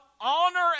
honor